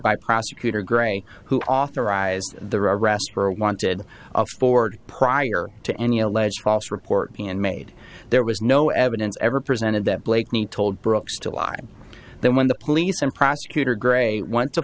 by prosecutor gray who authorized the arrest or wanted forward prior to any alleged false report and made there was no evidence ever presented that blakeney told brooks to lie then when the police and prosecutor gray went to